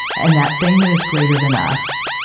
and that thing that is greater than us